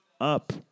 up